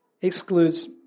excludes